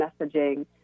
messaging